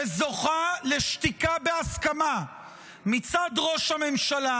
שזוכה לשתיקה בהסכמה מצד ראש הממשלה,